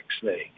snake